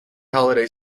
holiday